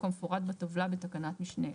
כמפורט בטבלה בתקנת משנה (א).